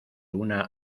una